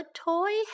toy